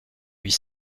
huit